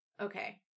okay